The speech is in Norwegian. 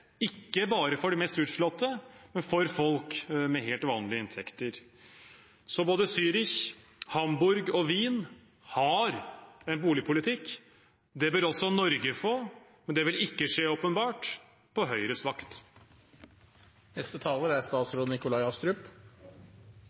ikke bare for de mest utslåtte, men for folk med helt vanlige inntekter. Både Zürich, Hamburg og Wien har en boligpolitikk. Det bør også Norge få, men det vil åpenbart ikke skje på Høyres vakt. Jeg betviler ikke representanten Moxnes’ hensikter. De tror jeg er